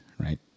right